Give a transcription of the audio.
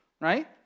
right